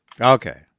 Okay